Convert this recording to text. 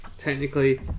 Technically